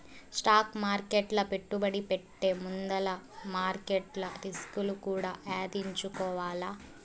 stock మార్కెట్ల పెట్టుబడి పెట్టే ముందుల మార్కెట్ల రిస్కులు కూడా యాదించుకోవాల్ల